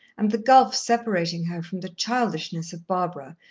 and the gulf separating her from the childishness of barbara,